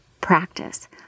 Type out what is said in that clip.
practice